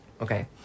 Okay